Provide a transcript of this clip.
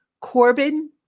Corbin